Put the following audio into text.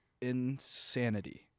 insanity